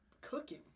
cooking